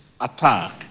attack